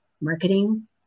marketing